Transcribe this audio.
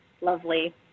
lovely